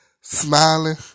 smiling